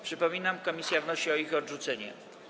Przypominam, że komisja wnosi o ich odrzucenie.